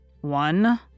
One